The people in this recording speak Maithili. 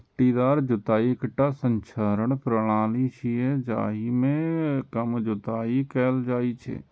पट्टीदार जुताइ एकटा संरक्षण प्रणाली छियै, जाहि मे कम जुताइ कैल जाइ छै